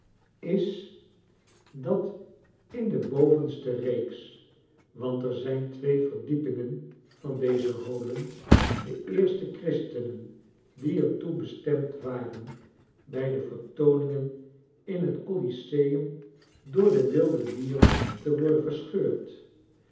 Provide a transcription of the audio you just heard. is dat in de bovenste reeks want er zrjn twee verdiepingen van deze holen de eerste christenen die er toe bestemd waren bij de vertooningen in het coliseum door de wilde dieren te worden verscheurd